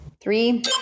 three